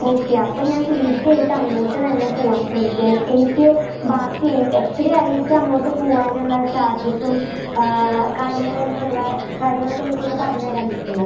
okay അപ്പോൾ ഞാൻ തീർച്ചയായിട്ടും അങ്ങോട്ട് തന്നെ പോവാൻ ശ്രമിക്കാം എനിക്ക് ബാക്കി എത്രയായിരിക്കും അങ്ങോട്ട് പോവാനുള്ള ചാർജസും കാര്യങ്ങളെന്നുള്ള കാര്യങ്ങളൊക്കെ നിങ്ങൾക്കൊന്ന് പറഞ്ഞുതരാൻ പറ്റുമോ